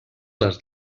les